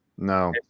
No